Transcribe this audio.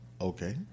Okay